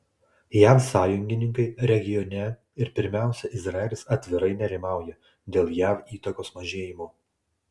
jav sąjungininkai regione ir pirmiausia izraelis atvirai nerimauja dėl jav įtakos mažėjimo